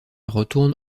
retourne